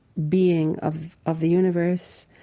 being of of the universe,